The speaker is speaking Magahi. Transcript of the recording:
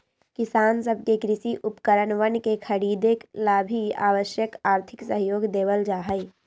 किसान सब के कृषि उपकरणवन के खरीदे ला भी आवश्यक आर्थिक सहयोग देवल जाहई